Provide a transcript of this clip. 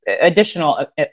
additional